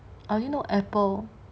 I only know apple